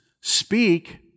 speak